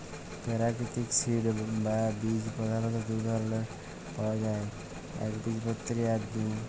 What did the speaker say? পেরাকিতিক সিড বা বীজ পধালত দু ধরলের পাউয়া যায় একবীজপত্রী আর দু